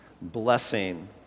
blessing